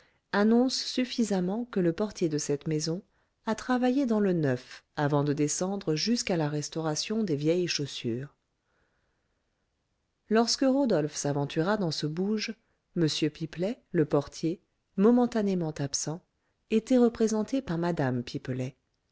annonce suffisamment que le portier de cette maison a travaillé dans le neuf avant de descendre jusqu'à la restauration des vieilles chaussures lorsque rodolphe s'aventura dans ce bouge m pipelet le portier momentanément absent était représenté par mme pipelet